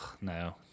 No